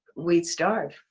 we'd starve.